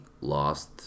lost